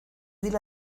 dile